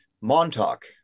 Montauk